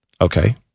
Okay